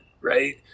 Right